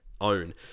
own